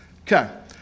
Okay